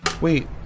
Wait